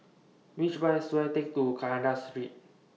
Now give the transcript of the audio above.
Which Bus should I Take to Kandahar Street